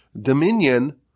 dominion